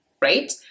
right